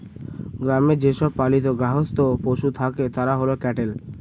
গ্রামে যে সব পালিত গার্হস্থ্য পশু থাকে তারা হল ক্যাটেল